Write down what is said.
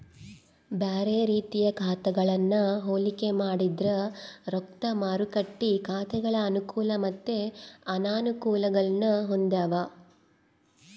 ಬ್ಯಾರೆ ರೀತಿಯ ಖಾತೆಗಳನ್ನ ಹೋಲಿಕೆ ಮಾಡಿದ್ರ ರೊಕ್ದ ಮಾರುಕಟ್ಟೆ ಖಾತೆಗಳು ಅನುಕೂಲ ಮತ್ತೆ ಅನಾನುಕೂಲಗುಳ್ನ ಹೊಂದಿವ